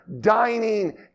dining